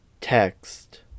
text